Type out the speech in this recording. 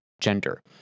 gender